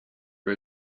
for